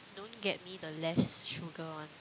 don't get me the less sugar one